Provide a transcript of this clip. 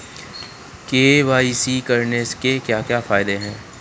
KYC करने के क्या क्या फायदे हैं?